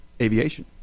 aviation